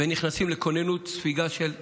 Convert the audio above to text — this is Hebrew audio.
ונכנסים לכוננות ספיגה של 24/7,